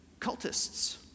cultists